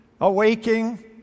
Awaking